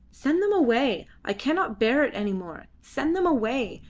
send them away. i cannot bear it any more. send them away.